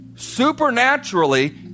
supernaturally